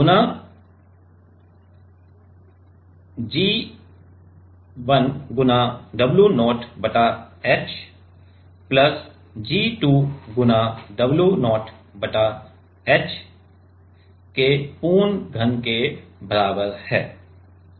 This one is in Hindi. गुणा g 1 गुणा W 0 बटा h प्लस g 2 गुणा W 0 बटा h पूर्ण घन के बराबर है